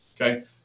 okay